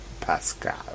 Pascal